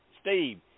Steve